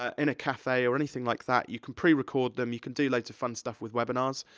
ah in a cafe, or anything like that, you can pre-record them, you can do loads of fun stuff with webinars.